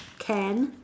can